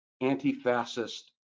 anti-fascist